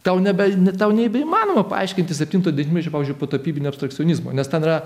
tau nebeįmanoma paaiškinti septinto dešimtmečio pavyzdžiui po tapybinio abstrakcionizmo nes ten yra